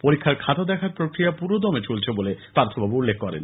পরীক্ষার খাতা দেখার প্রক্রিয়া পুরোদমে চলছে বলে পার্থবাবু উল্লেখ করেন